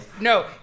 No